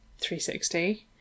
360